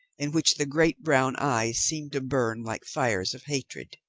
in which the great brown eyes seemed to burn like fires of hatred.